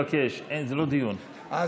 גייסו את שר הביטחון למודיעין האיראני.